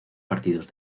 partidos